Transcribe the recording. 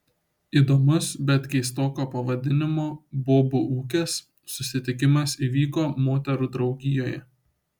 įdomus bet keistoko pavadinimo bobų ūkis susitikimas įvyko moterų draugijoje